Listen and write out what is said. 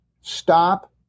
Stop